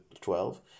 Twelve